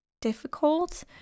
difficult